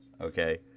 okay